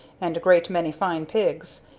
and a great many fine pigs,